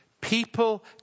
People